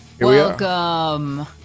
Welcome